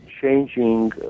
changing